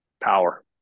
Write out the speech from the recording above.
Power